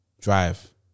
drive